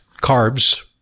carbs